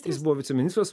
jis buvo viceministras